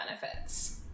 benefits